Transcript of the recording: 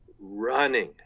running